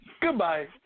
Goodbye